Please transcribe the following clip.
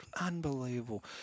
Unbelievable